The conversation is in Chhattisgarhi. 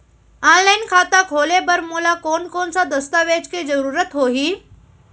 ऑनलाइन खाता खोले बर मोला कोन कोन स दस्तावेज के जरूरत होही?